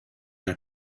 der